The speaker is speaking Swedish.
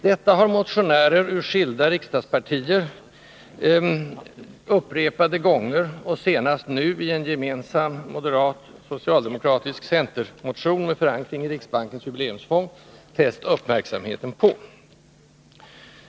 Detta har motionärer ur skilda riksdagspartier upprepade gånger, och senast nu i en gemensam moderatsocialdemokratisk-centerpartistisk motion, med förankring i riksbankens jubileumsfond, fäst uppmärksamheten på.